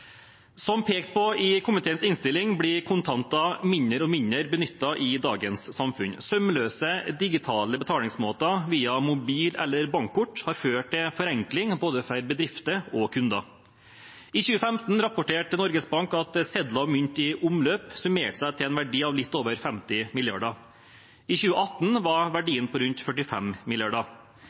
Som pekt på i komiteens innstilling blir kontanter mindre og mindre benyttet i dagens samfunn. Sømløse digitale betalingsmåter via mobil eller bankkort har ført til forenkling for både bedrifter og kunder. I 2015 rapporterte Norges Bank at sedler og mynt i omløp summerte seg til en verdi av litt over 50 mrd. kr. I 2018 var verdien på rundt 45